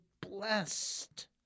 blessed